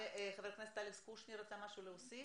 חבר הכנסת אלכס קושניר רצה להוסיף משהו.